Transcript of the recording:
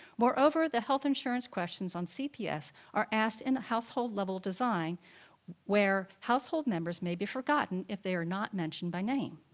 moreover, the health insurance questions on cps are asked in a household level design where household members may be forgotten if they are not mentioned by name.